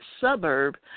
suburb